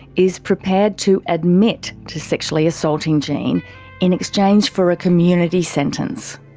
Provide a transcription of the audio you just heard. is prepared to admit to sexually assaulting jenny in exchange for a community sentence.